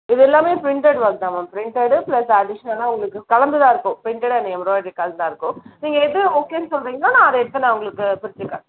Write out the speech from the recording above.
இது எல்லாமே ப்ரிண்ட்டெட் ஒர்க்தான் மேம் ப்ரிண்ட்டெடு ப்ளஸ் அடிஷ்னலாக உங்களுக்கு கலந்துதான் இருக்கும் ப்ரிண்ட்டெட் அண்ட் எம்ப்ராய்ட்ரி கலந்துதான் இருக்கும் நீங்கள் எது ஓகேன்னு சொல்லுறிங்களோ நான் அதை எடுத்து நான் உங்களுக்கு பிரிச்சு காட்டுறேன்